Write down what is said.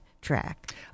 track